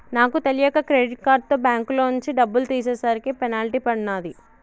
నాకు తెలియక క్రెడిట్ కార్డుతో బ్యేంకులోంచి డబ్బులు తీసేసరికి పెనాల్టీ పడినాది